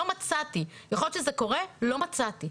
לא מצאתי.